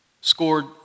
scored